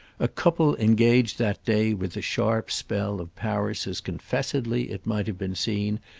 a couple engaged that day with the sharp spell of paris as confessedly, it might have been seen,